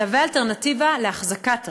תהווה אלטרנטיבה להחזקת רכב.